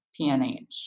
PNH